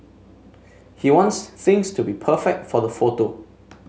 he wants things to be perfect for the photo